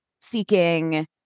seeking